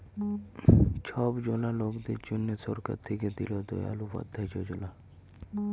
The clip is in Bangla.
ছব জলা লকদের জ্যনহে সরকার থ্যাইকে দিল দয়াল উপাধ্যায় যজলা